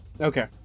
Okay